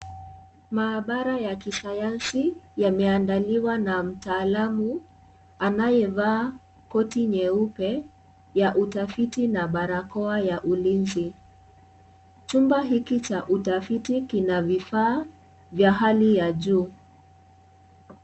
Mahabara ya kisayansi yameandaliwa na mtaalamu anayevaa koti nyeupe ya utafiti na barakoa ya ulizi, chumba hiki cha utafiti kina vifaa vya hali ya juu.